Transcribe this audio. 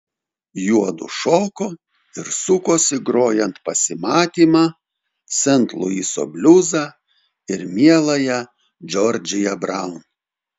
juodu šoko ir sukosi grojant pasimatymą sent luiso bliuzą ir mieląją džordžiją braun